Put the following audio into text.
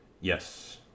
Yes